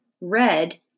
red